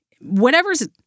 whatever's